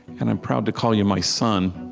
and i'm proud to call you my son,